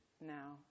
now